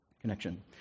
connection